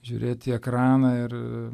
žiūrėt į ekraną ir